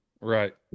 right